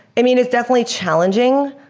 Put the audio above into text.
i mean, it's definitely challenging,